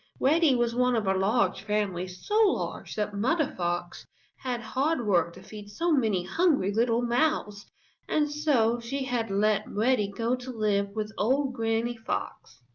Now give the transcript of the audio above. reddy was one of a large family, so large that mother fox had hard work to feed so many hungry little mouths and so she had let reddy go to live with old granny fox.